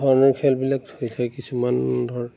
ভাল ভাল খেলবিলাক হৈ থাকে কিছুমান ধৰ